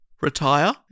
retire